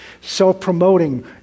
self-promoting